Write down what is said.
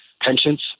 pensions